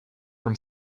from